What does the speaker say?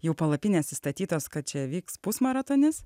jau palapinės sustatytos kad čia vyks pusmaratonis